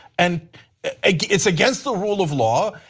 and it's against the rule of law.